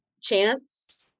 chance